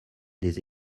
des